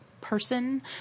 person